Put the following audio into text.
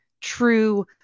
true